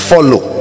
follow